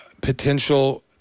potential